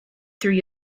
through